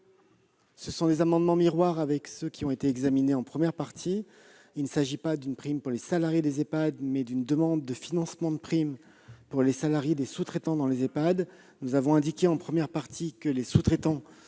Ce sont des amendements miroirs avec ceux qui ont été examinés en première partie. Il s'agit non pas d'une prime pour les salariés des Ehpad, mais d'une demande de financement de prime pour les salariés des sous-traitants dans les Ehpad. Nous avons indiqué en première partie que les sous-traitants